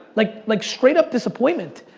like like, straight up disappointment.